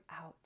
out